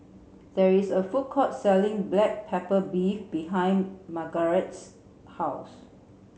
there is a food court selling black pepper beef behind Margarette's house